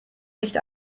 nicht